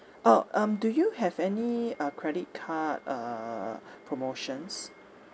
orh um do you have any uh credit card uh promotions